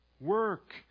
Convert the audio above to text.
work